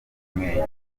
kumwenyura